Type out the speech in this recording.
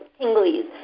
tinglies